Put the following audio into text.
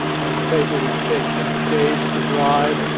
and the paper would take you know days to dry,